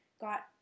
got